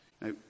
Now